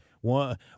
one